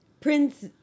Prince